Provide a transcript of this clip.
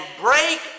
break